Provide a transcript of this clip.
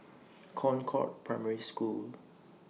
Concord Primary School